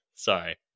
Sorry